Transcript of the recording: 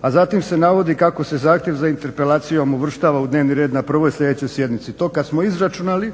a zatim se navodi kako se zahtjev za interpelacijom uvrštava u dnevni red na prvoj sljedećoj sjednici. To kad smo izračunali